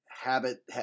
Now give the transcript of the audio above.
habit